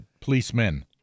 policemen